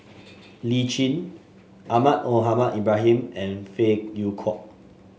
Lee Tjin Ahmad Mohamed Ibrahim and Phey Yew Kok